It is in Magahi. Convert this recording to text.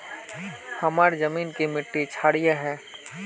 हमार जमीन की मिट्टी क्षारीय है?